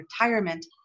retirement